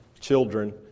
children